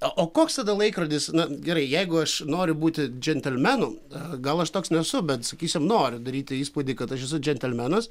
o o koks tada laikrodis na gerai jeigu aš noriu būti džentelmenu gal aš toks nesu bet sakysim noriu daryti įspūdį kad aš esu džentelmenas